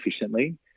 efficiently